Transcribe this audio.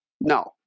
No